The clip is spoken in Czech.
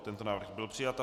Tento návrh byl přijat.